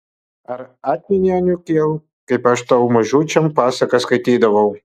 ar atmeni anūkėl kaip aš tau mažučiam pasakas skaitydavau